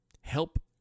Help